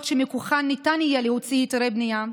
שמכוחן ניתן יהיה להוציא היתרי בנייה,